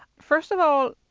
first of all,